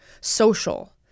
social